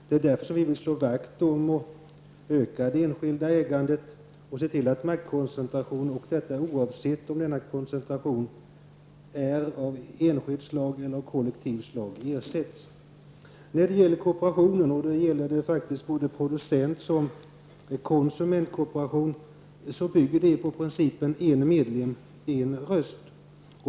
Det är därför som vi vill slå vakt om och öka det enskilda ägandet och se till att maktkoncentration upphör, detta oavsett om denna koncentration är av enskilt slag eller av kollektivt slag. Kooperation, både producent och konsumentkooperation, bygger på principen en medlem en röst.